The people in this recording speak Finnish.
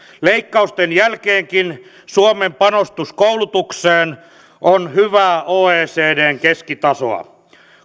leikkausten jälkeenkin suomen panostus koulutukseen on hyvää oecdn keskitasoa